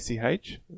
ACH